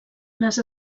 les